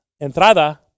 Entrada